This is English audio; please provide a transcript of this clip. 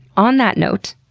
on that note,